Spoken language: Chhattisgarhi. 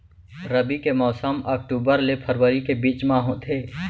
रबी के मौसम अक्टूबर ले फरवरी के बीच मा होथे